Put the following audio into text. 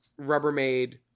Rubbermaid